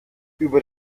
über